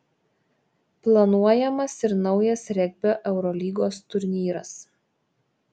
planuojamas ir naujas regbio eurolygos turnyras